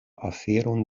aferon